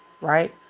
Right